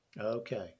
Okay